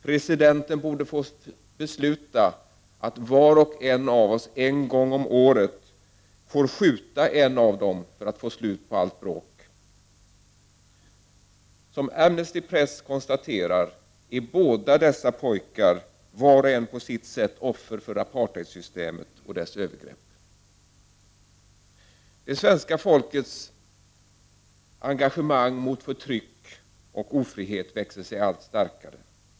Presidenten borde få besluta att var och en av oss en gång om året skulle få skjuta en av dem för att få slut på allt bråk.” Som Amnesty Press konstaterar är båda dessa pojkar var och en på sitt sätt offer för apartheidsystemet och dess övergrepp. Svenska folkets engagemang mot förtryck och ofrihet har växt sig allt starkare.